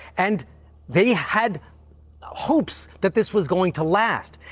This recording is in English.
and they had hopes that this was going to last.